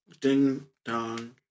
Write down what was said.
Ding-dong